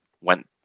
went